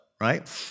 right